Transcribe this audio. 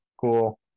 cool